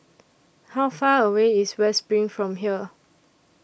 How Far away IS West SPRING from here